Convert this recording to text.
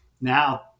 Now